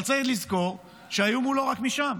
אבל צריך לזכור שהאיום הוא לא רק משם.